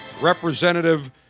Representative